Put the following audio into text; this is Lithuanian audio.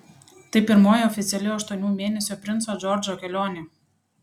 tai pirmoji oficiali aštuonių mėnesių princo džordžo kelionė